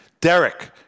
Derek